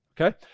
Okay